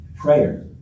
Prayer